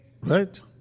Right